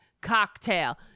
cocktail